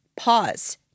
pause